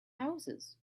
houses